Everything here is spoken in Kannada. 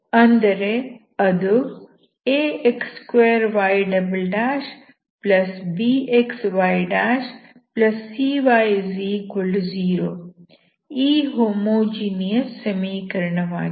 ಅಂದರೆ ಅದು ax2ybxycy0 ಈ ಹೋಮೋಜಿನಿಯಸ್ ಸಮೀಕರಣವಾಗಿದೆ